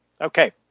Okay